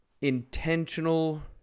intentional